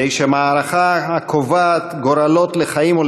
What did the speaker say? כדי שמערכה הקובעת גורלות לחיים או